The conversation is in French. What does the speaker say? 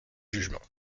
jugements